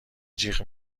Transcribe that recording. جیغ